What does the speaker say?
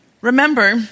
Remember